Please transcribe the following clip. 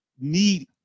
need